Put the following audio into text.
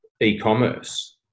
e-commerce